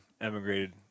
emigrated